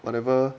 whatever